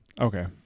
Okay